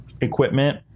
equipment